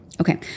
okay